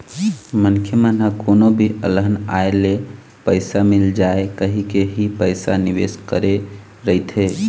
मनखे मन ह कोनो भी अलहन आए ले पइसा मिल जाए कहिके ही पइसा निवेस करे रहिथे